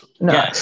No